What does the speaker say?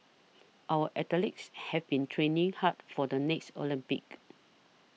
our athletes have been training hard for the next Olympics